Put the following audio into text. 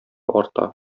арта